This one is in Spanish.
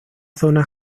zona